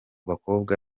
bakobwa